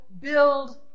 build